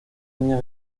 niña